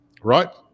right